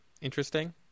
interesting